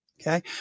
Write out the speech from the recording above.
Okay